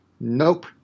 Nope